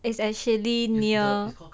it's actually near